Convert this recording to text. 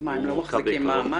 אז מה, הם לא מחזיקים מעמד?